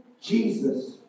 Jesus